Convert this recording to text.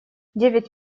девять